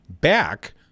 back